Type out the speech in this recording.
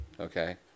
okay